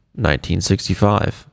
1965